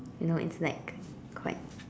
you know it's like quite